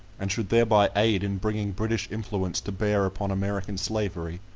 and should thereby aid in bringing british influence to bear upon american slavery,